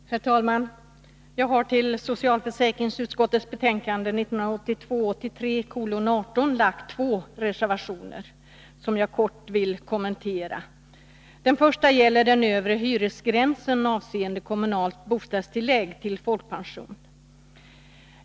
Herr talman! Jag har till socialförsäkringsutskottets betänkande 1982/ 83:18 fogat två reservationer, som jag kort vill kommentera. Den första gäller den övre hyresgränsen avseende kommunalt bostadstillägg till folkpension.